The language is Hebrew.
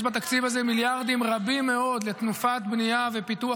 יש בתקציב הזה מיליארדים רבים מאוד לתנופת בנייה ופיתוח,